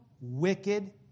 wicked